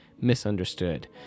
misunderstood